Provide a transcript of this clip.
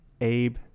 abe